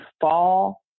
fall